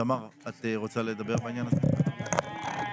תמר, בבקשה.